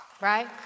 Right